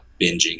binging